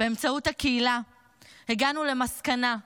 באמצעות הקהילה הגענו למסקנה,